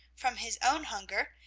from his own hunger,